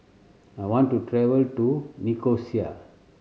I want to travel to Nicosia